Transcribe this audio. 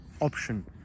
option